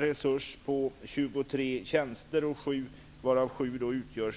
utgörs av 23 miljoner kronor.